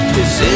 Cause